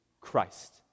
Christ